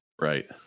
Right